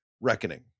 Reckoning